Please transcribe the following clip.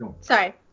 Sorry